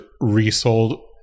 resold